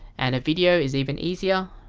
and a video is even easier.